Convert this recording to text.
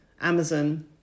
Amazon